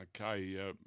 Okay